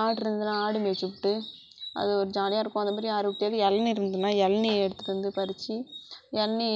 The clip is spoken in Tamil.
ஆடு இருந்ததுன்னா ஆடு மேய்ச்சிவிட்டு அது ஒரு ஜாலியாக இருக்கும் அது மாதிரி யாரு வீட்லையாவது இளநி இருந்ததுனா இளநி எடுத்துட்டு வந்து பறித்து இளநி